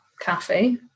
cafe